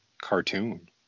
cartoon